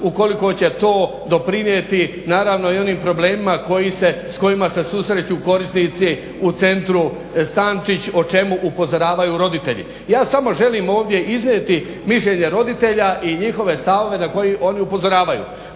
ukoliko će to doprinijeti naravno i onim problemima s kojima se susreću korisnici u Centru Stančić o čemu upozoravaju roditelji. Ja samo želim ovdje iznijeti mišljenja roditelja i njihove stavove na koji oni upozoravaju.